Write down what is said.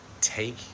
Take